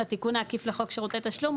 לתיקון העקיף לחוק שירותי תשלום,